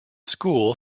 school